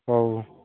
ହଉ